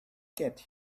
get